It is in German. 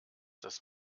das